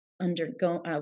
undergo